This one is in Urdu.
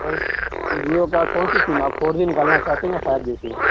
سر جیو کا کون سی سیم آپ فور جی نکالنا چاہتے ہیں یا فائیو جی سیم